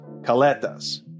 Caletas